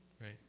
Right